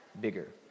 bigger